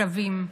שבים,